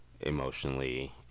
emotionally